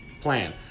plan